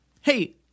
Hey